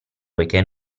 poiché